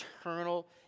eternal